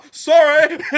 Sorry